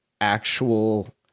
actual